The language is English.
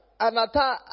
Anata